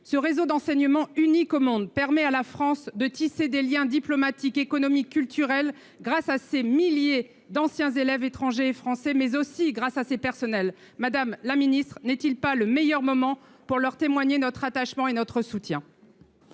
Ce réseau d’enseignement unique au monde permet à la France de tisser des liens diplomatiques, économiques et culturels, grâce à ses milliers d’anciens élèves, étrangers et français, mais aussi grâce à ses personnels. Madame la ministre, y a t il meilleur moment qu’aujourd’hui pour témoigner à ces derniers notre attachement et notre soutien ?